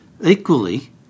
Equally